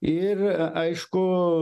ir aišku